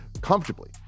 comfortably